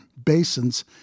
basins